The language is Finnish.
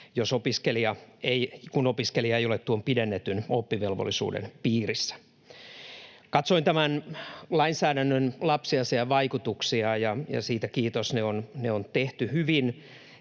kun opiskelija ei ole tuon pidennetyn oppivelvollisuuden piirissä. Katsoin tämän lainsäädännön lapsiasiainvaikutuksia — siitä kiitos, ne on tehty hyvin